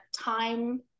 time